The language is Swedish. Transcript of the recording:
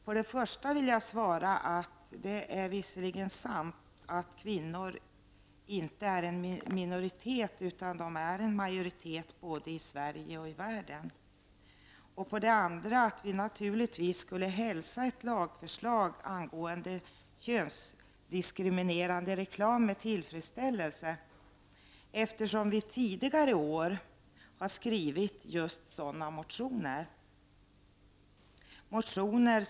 På det första vill jag svara att det visserligen är sant att kvinnor inte är en minoritet utan en majoritet, både i Sverige och i världen. Till svar på den andra motiveringen vill jag säga att vi naturligtvis skulle hälsa ett lagförslag angående könsdiskriminerande reklam med tillfredsställelse, eftersom vi tidigare år har skrivit just sådana motioner.